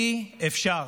אי-אפשר,